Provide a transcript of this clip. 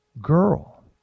girl